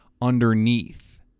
underneath